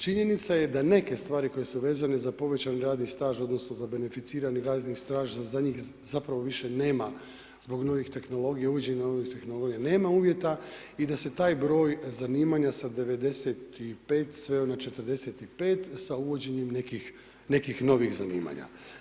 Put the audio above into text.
Činjenica je da neke stvari koje su vezane za povećani radni staž, odnosno za beneficirani radni staž za njih zapravo više nema zbog novih tehnologija, uvođenja novih tehnologija, nema uvjeta, i da se taj broj zanimanja sa 95 sveo na 45 sa uvođenjem nekih novih zanimanja.